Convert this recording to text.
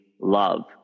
love